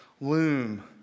loom